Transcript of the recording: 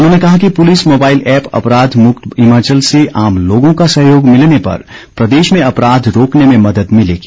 उन्होंने कहा कि पुलिस मोबाईल ऐप्प अपराध मुक्त हिमाचल से आम लोगों का सहयोग मिलने पर प्रदेश में अपराध रोकने में मदद मिलेगी